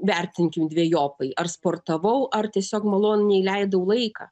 vertinkim dvejopai ar sportavau ar tiesiog maloniai leidau laiką